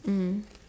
mm